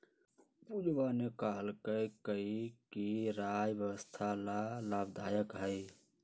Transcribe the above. पूजवा ने कहल कई कि राई स्वस्थ्य ला लाभदायक हई